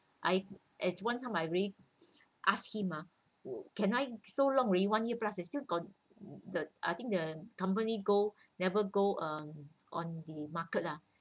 I at one time I really asked him ah can I so long already one year plus they still got the I think the company go never go uh on the market lah